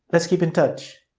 let's keep in touch.